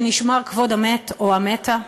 שנשמר כבוד המת או המתה,